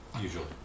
Usually